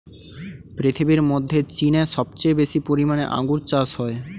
পৃথিবীর মধ্যে চীনে সবচেয়ে বেশি পরিমাণে আঙ্গুর চাষ হয়